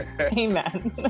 Amen